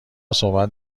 صحبت